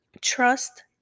Trust